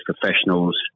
professionals